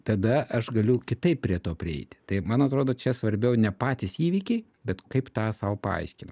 tada aš galiu kitaip prie to prieiti tai man atrodo čia svarbiau ne patys įvykiai bet kaip tą sau paaiškina